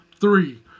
three